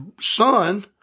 son